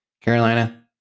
Carolina